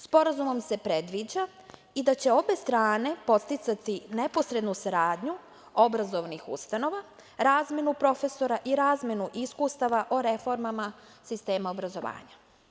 Sporazumom se predviđa i da će obe strane podsticati neposrednu saradnju obrazovnih ustanova, razmenu profesora i razmenu iskustava o reformama sistema obrazovanja.